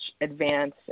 advance